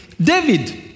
David